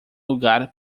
lugar